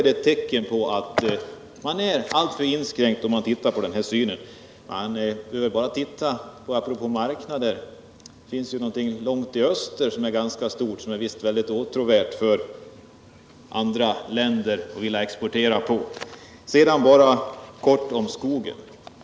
Men att se på detta så ensidigt kanske är ett tecken på att man är alltför inskränkt. Apropå marknader finns det f. ö. också någonting långt borta i öster som är väldigt åtråvärt för andra länder när det gäller att exportera. Så några få ord om skogsindustrin.